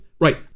Right